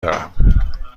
دارم